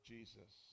Jesus